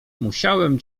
musiałem